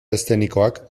eszenikoak